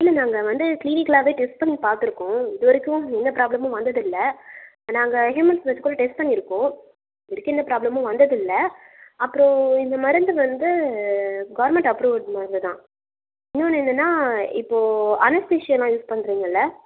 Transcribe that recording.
இல்லை நாங்கள் வந்து கிளீனிக்கலாகவே டெஸ்ட் பண்ணி பார்த்துருக்கோம் இது வரைக்கும் எந்த ப்ராப்ளமும் வந்ததில்லை நாங்கள் ஹியூமன் டெஸ்ட் பண்ணியிருக்கோம் இது வரைக்கும் எந்த ப்ராப்ளமும் வந்ததில்லை அப்புறம் இந்த மருந்து வந்து கவுர்மெண்ட் அப்ரூவல் மருந்து தான் இன்னொன்று என்னென்னால் இப்போது அனஸ்தீஷன்லாம் யூஸ் பண்ணுறீங்கல்ல